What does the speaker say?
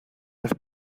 las